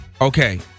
Okay